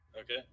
Okay